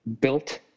built